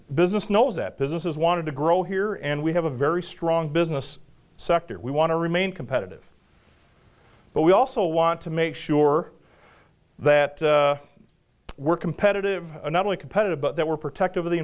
business knows that businesses wanted to grow here and we have a very strong business sector we want to remain competitive but we also want to make sure that we're competitive not only competitive but that we're protective of the